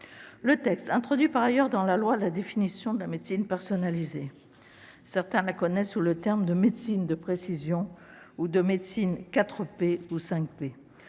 le texte introduit dans la loi la définition de la médecine personnalisée. Certains la connaissent sous le terme de « médecine de précision »,« médecine 4P » ou